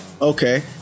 okay